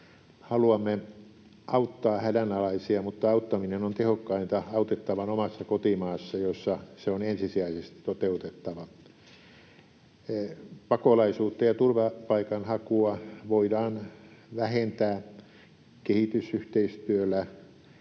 Haluamme auttaa hädänalaisia, mutta auttaminen on tehokkainta autettavan omassa kotimaassa, jossa se on ensisijaisesti toteutettava. Pakolaisuutta ja turvapaikan hakua voidaan vähentää kehitysyhteistyöllä,